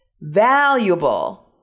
valuable